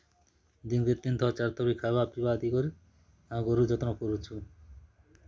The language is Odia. ଆର୍ ଏ ଛେଲ୍ ଗାଈ ମାନ୍ କେ କମ୍ ସେ କମ୍ ମାସ୍ କେ ତାକର୍ ଖର୍ଚ୍ଚା ହିସାବେ ଟଙ୍କା ପାନ୍ସ ହଜାରେ ବି ହଉଥିବା ସେମାନେ ଗମେଣ୍ଟ୍ ଦଉଛେ ଆମେ ନେଇ ନବା ସେ ଆମେ ନେଇ ଦେବା ସେ ପଇସା